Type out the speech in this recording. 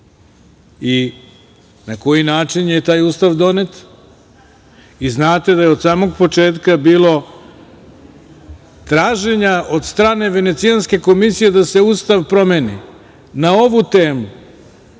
i na koji način je taj Ustav donet i znate da je od samog početka bilo traženja od strane Venecijanske komisije da se Ustav promeni na ovu temu,